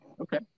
okay